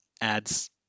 adds